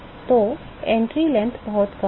तो प्रवेश लंबाई बहुत कम है